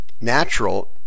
natural